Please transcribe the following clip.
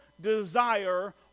desire